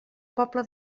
pobla